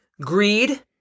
Greed